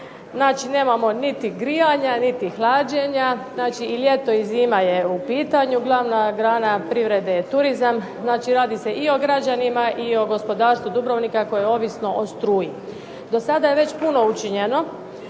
nemamo niti grijanja, niti hlađenja. Znači i ljeto i zima je u pitanju. Glavna grana privrede je turizam. Znači radi se i o građanima, i o gospodarstvu Dubrovnika koje je ovisno o struji. Do sada je već puno učinjeno.